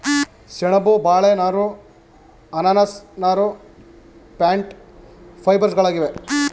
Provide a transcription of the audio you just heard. ಸೆಣಬು, ಬಾಳೆ ನಾರು, ಅನಾನಸ್ ನಾರು ಪ್ಲ್ಯಾಂಟ್ ಫೈಬರ್ಸ್ಗಳಾಗಿವೆ